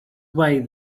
way